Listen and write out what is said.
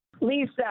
Lisa